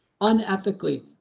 unethically